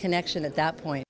connection at that point